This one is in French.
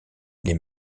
les